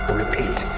repeat